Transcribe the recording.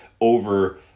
over